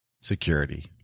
security